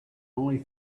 only